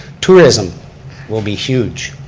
tourism will be huge.